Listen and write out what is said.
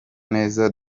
neza